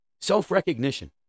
Self-recognition